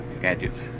gadgets